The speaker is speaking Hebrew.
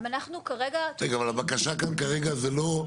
רגע, אבל הבקשה כאן כרגע זה לא,